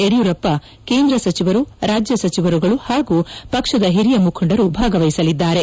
ಯಡಿಯೂರಪ್ಪ ಕೇಂದ್ರ ಸಚಿವರು ರಾಜ್ಯ ಸಚಿವರುಗಳು ಹಾಗೂ ಪಕ್ಷದ ಹಿರಿಯ ಮುಖಂಡರು ಭಾಗವಹಿಸಲಿದ್ದಾರೆ